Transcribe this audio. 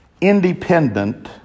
independent